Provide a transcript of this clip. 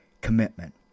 commitment